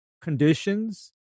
conditions